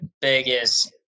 biggest